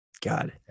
god